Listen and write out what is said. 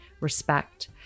respect